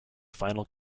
final